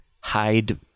hide